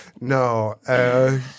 No